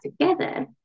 together